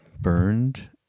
burned